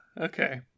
okay